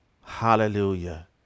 hallelujah